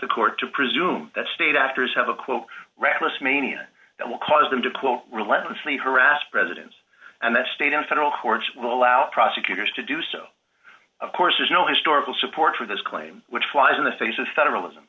the court to presume that state actors have a quote reckless mania that will cause them to quote relentlessly harass presidents and that state and federal courts will allow prosecutors to do so of course there's no historical support for this claim which flies in the face of federalis